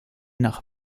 nach